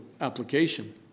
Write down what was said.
application